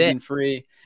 free